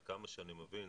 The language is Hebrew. עד כמה שאני מבין,